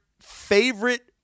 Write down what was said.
favorite